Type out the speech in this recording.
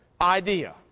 idea